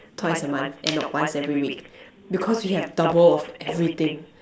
twice a month and not once every week because we have double of everything